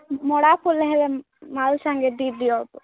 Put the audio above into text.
ମଡ଼ା ଫୁଲ୍ ହେଲେ ମାଲ୍ ସାଙ୍ଗରେ ଟିକେ ଦିଅ